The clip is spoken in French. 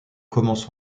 commence